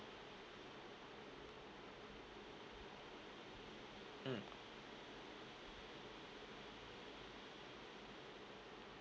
mm